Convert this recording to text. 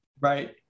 right